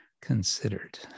considered